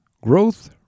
growth